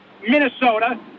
Minnesota